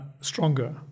stronger